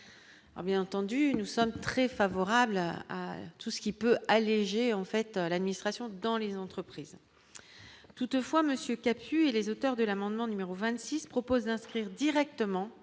bien entendu, nous sommes très favorables à tout ce qui peut alléger en fait l'administration dans les entreprises, toutefois, monsieur Capu et les auteurs de l'amendement numéro 26 propose d'inscrire directement